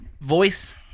voice